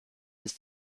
ist